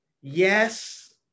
yes